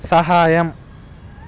సహాయం